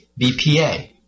BPA